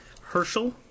Herschel